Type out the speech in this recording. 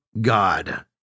God